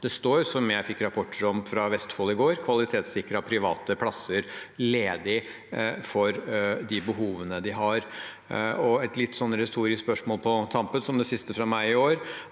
det står – som jeg fikk rapporter om fra Vestfold i går – kvalitetssikrede private plasser ledig for de behovene de har? Og et litt retorisk spørsmål på tampen, som det siste fra meg i år: